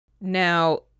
Now